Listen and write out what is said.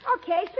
Okay